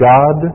God